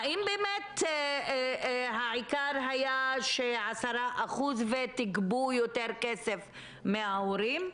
האם באמת העיקר היה ש-10% ותגבו יותר כסף מההורים.